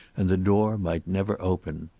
and the door might never open.